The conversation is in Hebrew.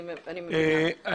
אני מבינה.